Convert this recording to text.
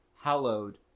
hallowed